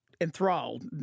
enthralled